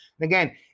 again